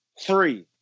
Three